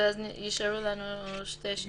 יישארו לנו שתי שאלות.